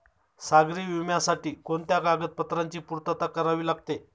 सागरी विम्यासाठी कोणत्या कागदपत्रांची पूर्तता करावी लागते?